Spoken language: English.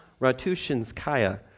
Ratushinskaya